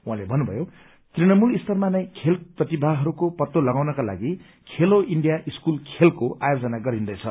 उहाँले भन्नुभयो तृणमूल स्तरमा नै खेल प्रतिभाहरूको पत्तो लगाउनका लागि खेलो इण्डिया स्कूल खेल को आयोजन गरिन्दैछ